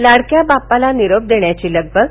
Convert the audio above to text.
लाडक्या बाप्पाला निरोप देण्याची लगबग